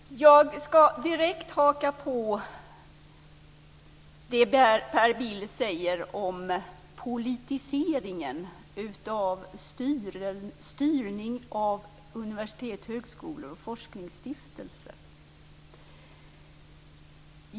Herr talman! Jag ska direkt haka på det Per Bill säger om politiseringen av styrningen av universitet, högskolor och forskningsstiftelser.